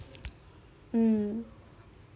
mm